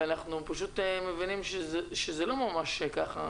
אנחנו מבינים שזה לא ממש ככה,